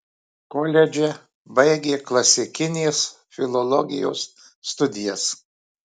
koledže baigė klasikinės filologijos studijas